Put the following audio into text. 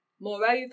Moreover